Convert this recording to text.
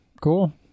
cool